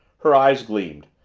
her eyes gleamed.